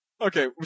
Okay